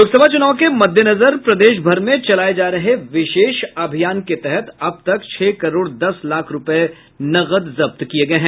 लोकसभा चुनाव के मद्देनजर प्रदेश भर में चलाये जा रहे विशेष अभियान के तहत अब तक छह करोड़ दस लाख रूपये नकद जब्त किये गये हैं